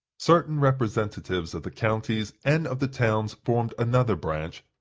certain representatives of the counties and of the towns formed another branch,